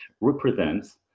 represents